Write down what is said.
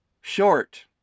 Short